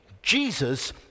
Jesus